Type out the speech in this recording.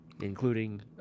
Including